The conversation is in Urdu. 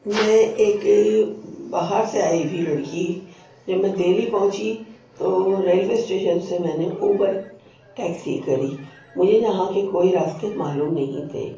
میں ایک باہر سے آئی ہوئی لڑکی جب میں دہلی پہنچی تو ریل وے اسٹیشن سے میں نے اوبر ٹیکسی کری مجھے یہاں کے کوئی راستے معلوم نہیں تھے